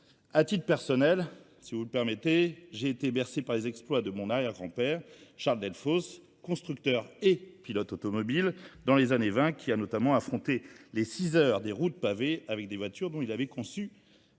A titre personnel, si vous le permettez, j'ai été bercé par les exploits de mon arrière-grand-père Charles Delphos, constructeur et pilote automobile dans les années 20 qui a notamment affronté les 6 heures des roues de pavé avec des voitures dont il avait conçu